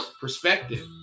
perspective